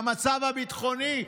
למצב הביטחוני,